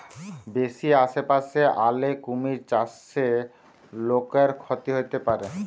বেশি আশেপাশে আলে কুমির চাষে লোকর ক্ষতি হতে পারে